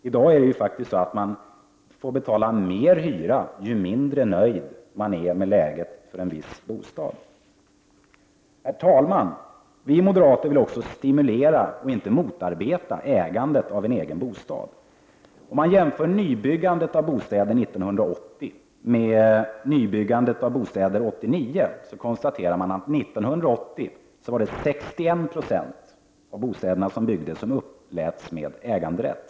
I dag får man faktiskt betala högre hyra ju mindre nöjd man är med läget på en viss bostad. Herr talman! Vi moderater vill också stimulera och inte motarbeta ägandet av sin egen bostad. Om man jämför nybyggandet av bostäder kan man konstatera att 1980 uppläts 61 26 av de nybyggda bostäderna med äganderätt.